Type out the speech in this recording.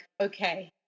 okay